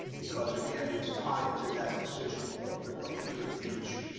because again, it's tied to that decision, what what we do at the beach,